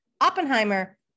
Oppenheimer